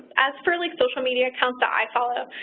as for like social media accounts that i follow,